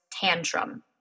tantrum